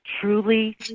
truly